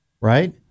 right